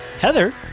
Heather